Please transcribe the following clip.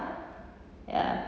ya